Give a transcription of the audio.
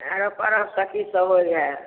अहाँकेँ परब कथी सब होयत हए